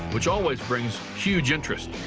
which always brings huge interest.